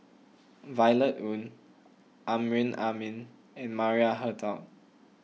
Violet Oon Amrin Amin and Maria Hertogh